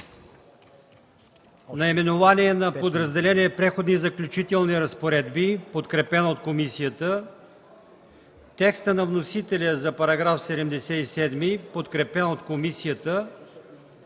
наименованието на подразделението „Преходни и заключителни разпоредби”, подкрепено от комисията; текста на вносителя за § 77, подкрепен от комисията;